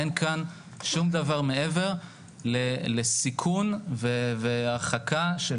אין כאן שום דבר מעבר לסיכון והרחקה של